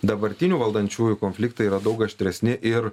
dabartinių valdančiųjų konfliktai yra daug aštresni ir